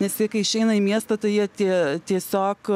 nes jie kai išeina į miestą tai jie tie tiesiog